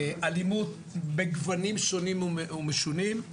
אלימות בגוונים שונים ומשונים,